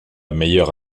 meilleure